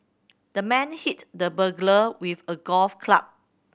the man hit the burglar with a golf club